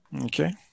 okay